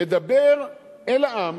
מדבר אל העם